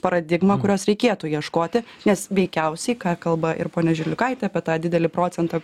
paradigmą kurios reikėtų ieškoti nes veikiausiai ką kalba ir ponia žiliukaitė apie tą didelį procentą